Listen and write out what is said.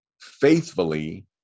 faithfully